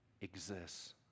exists